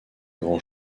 grand